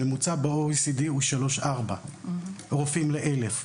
הממוצע ב-OECD הוא 3.4 רופאים ל-1,000.